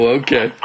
okay